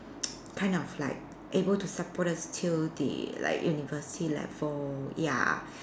kind of like able to support us till the like university level ya